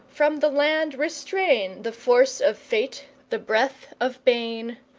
from the land restrain the force of fate, the breath of bane,